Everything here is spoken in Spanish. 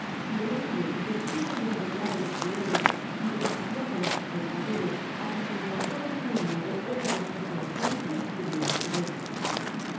y el hombre despues de haber arreglado los guiones y desafiado á los espectadores á que encontraran en el mundo otra bestia semejante subió á su vez